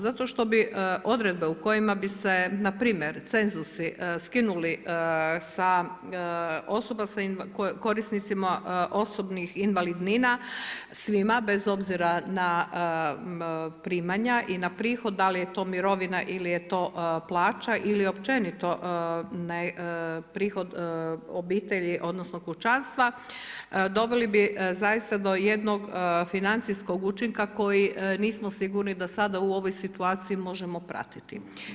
Zato što bi odredbe u kojima bi se na primjer cenzusi skinuli sa osoba, korisnicima osobnih invalidnina svima bez obzira na primanja i prihod da li je to mirovina ili je to plaća ili općenito prihod obitelji, odnosno kućanstva doveli bi zaista do jednog financijskog učinka koji nismo sigurni da sada u ovoj situaciji možemo pratiti.